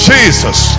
Jesus